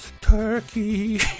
Turkey